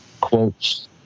quotes